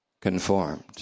conformed